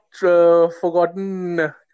forgotten